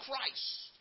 Christ